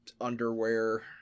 underwear